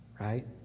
right